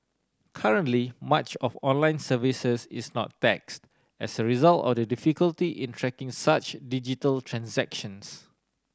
currently much of online services is not taxed as a result of the difficulty in tracking such digital transactions